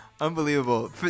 Unbelievable